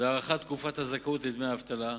והארכת תקופת הזכאות לדמי אבטלה.